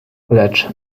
lecz